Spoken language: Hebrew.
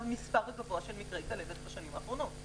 מספר גבוה של מקרי כלבת בשנים האחרונות.